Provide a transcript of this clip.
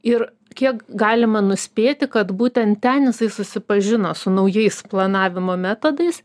ir kiek galima nuspėti kad būten ten jisai susipažino su naujais planavimo metodais